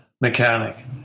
mechanic